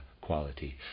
quality